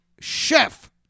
chef